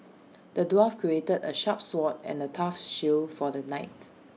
the dwarf crafted A sharp sword and A tough shield for the knight